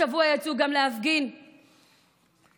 השבוע יצאו להפגין גם אימהות,